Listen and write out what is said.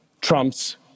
trumps